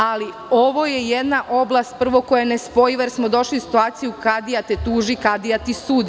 Ali, ovo je jedna oblast koja je nespojiva, jer smo došli u situaciju – Kadija te tuži, kadija ti sudi.